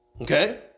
Okay